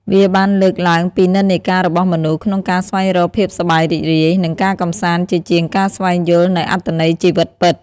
វាបានលើកឡើងពីនិន្នាការរបស់មនុស្សក្នុងការស្វែងរកភាពសប្បាយរីករាយ និងការកម្សាន្តជាជាងការស្វែងយល់នូវអត្ថន័យជីវិតពិត។